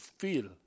feel